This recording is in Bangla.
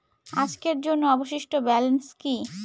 আজকের জন্য অবশিষ্ট ব্যালেন্স কি?